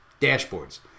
dashboards